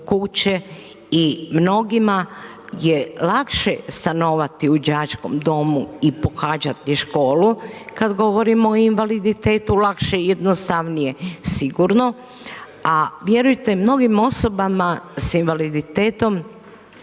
kuće i mnogima je lakše stanovati u đačkom domu i pohađati školu kad govorimo o invaliditetu, lakše i jednostavnije sigurno, a vjerujte, mnogim osobama s invaliditetom